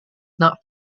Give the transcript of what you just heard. not